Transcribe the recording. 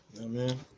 amen